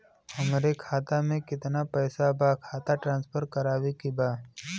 हमारे खाता में कितना पैसा बा खाता ट्रांसफर करावे के बा?